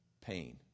Pain